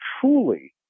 truly